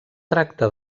tracta